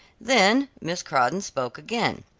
then miss crawdon spoke again.